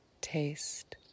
taste